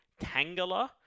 Tangela